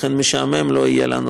לכן משעמם לא יהיה לנו,